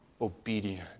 obedient